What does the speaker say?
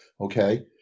okay